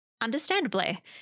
understandably